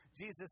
Jesus